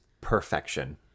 perfection